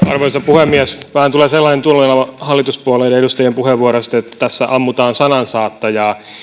arvoisa puhemies vähän tulee sellainen tunnelma hallituspuolueiden edustajien puheenvuoroista että tässä ammutaan sanansaattajaa